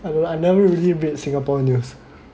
I li~ I never really read Singapore news